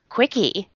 Quickie